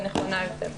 ונכונה יותר,